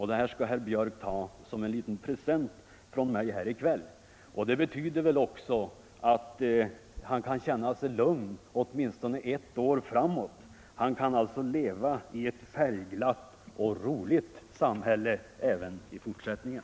Det betyder väl att herr Björck kan känna sig lugn åtminstone ett år framåt. Han kan alltså leva i ett färgglatt och roligt samhälle även i fortsättningen.